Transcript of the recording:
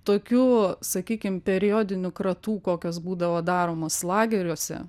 tokių sakykim periodinių kratų kokios būdavo daromos lageriuose